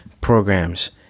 programs